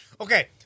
Okay